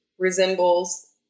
resembles